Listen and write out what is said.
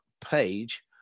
page